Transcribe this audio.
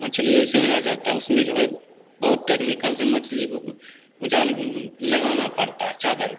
मछली ऐसे नहीं आ जाता है उसमें जो है बहुत टेक्निकल से मछली को जाल लगाना पड़ता है चादर को